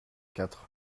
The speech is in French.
quatre